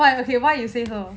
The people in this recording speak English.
okay why why you say her